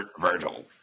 Virgil